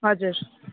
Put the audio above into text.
हजुर